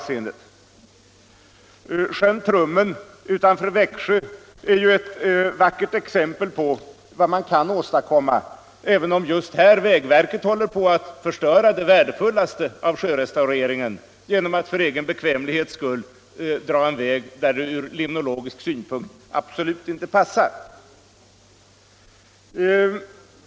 Sjön Trummen utanför Växjö är ju ett vackert exempel på vad man kan åstadkomma — även om just här vägverket håller på att förstöra det värdefullaste av sjörestaureringen genom att för egen bekvämlighets skull dra en väg där det från limnologisk synpunkt absolut inte passar.